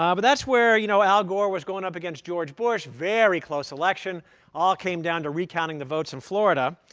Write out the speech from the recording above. um but that's where you know al gore was going up against george bush very close election all came down to recounting the votes in florida.